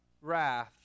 wrath